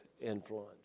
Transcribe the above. influence